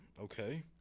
Okay